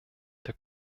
der